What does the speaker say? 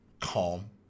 calm